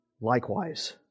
likewise